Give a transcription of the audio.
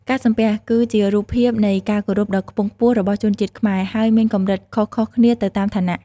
ការសំពះ គឺជារូបភាពនៃការគោរពដ៏ខ្ពង់ខ្ពស់របស់ជនជាតិខ្មែរ ហើយមានកម្រិតខុសៗគ្នាទៅតាមឋានៈ។